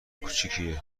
کوچیکیه